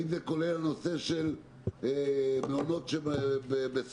האם זה כולל נושא מעונות שהם בשכירות,